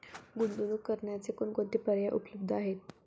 गुंतवणूक करण्याचे कोणकोणते पर्याय उपलब्ध आहेत?